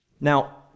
Now